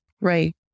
Right